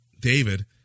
David